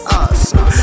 awesome